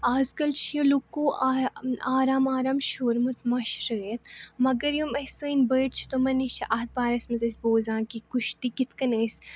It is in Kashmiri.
اَزکَل چھِ یہِ لوٗکو آ آرام آرام شوٗرمُت مٔشرٲوِتھ مگر یِم أسۍ سٲنۍ بٔڈۍ چھِ تِمَن نِش چھِ اَتھ بارَس منٛز أسۍ بوزان کہِ کُشتی کِتھٕ کٔنۍ ٲسۍ